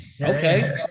okay